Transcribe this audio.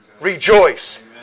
Rejoice